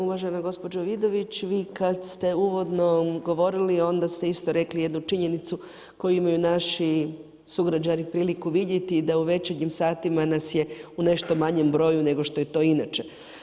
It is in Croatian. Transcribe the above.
Uvažena gospođo Vidović, vi kad ste uvodno govorili onda ste isto rekli jednu činjenicu koju imaju naši sugrađani priliku vidjeti, da u večernjim satima nas je u nešto manjem broju nego što je to inače.